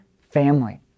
family